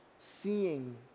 seeing